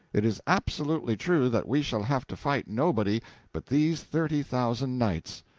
it is absolutely true that we shall have to fight nobody but these thirty thousand knights.